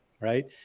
right